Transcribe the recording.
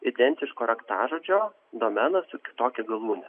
identiško raktažodžio domeną su kitokia galūne